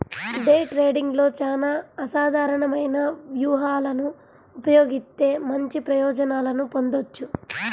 day ట్రేడింగ్లో చానా అసాధారణమైన వ్యూహాలను ఉపయోగిత్తే మంచి ప్రయోజనాలను పొందొచ్చు